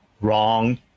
wrong